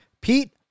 Pete